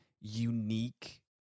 unique